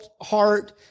heart